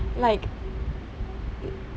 like